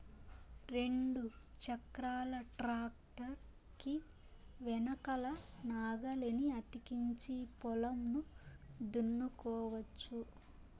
రెండు చక్రాల ట్రాక్టర్ కి వెనకల నాగలిని అతికించి పొలంను దున్నుకోవచ్చు